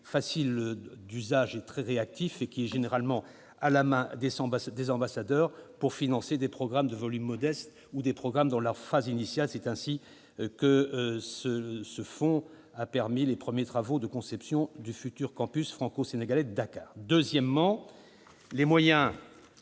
facile d'usage, très réactif et généralement à la main des ambassadeurs pour financer des programmes de volume modeste ou dans leur phase initiale. C'est ainsi que ce fonds a permis les premiers travaux de conception du futur campus franco-sénégalais de Dakar. Deuxièmement, les nouveaux